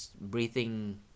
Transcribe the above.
breathing